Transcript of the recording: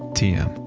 tm.